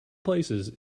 places